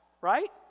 right